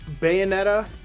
bayonetta